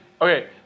Okay